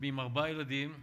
ועם ארבעה ילדים,